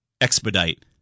expedite